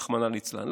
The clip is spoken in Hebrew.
רחמנא ליצלן.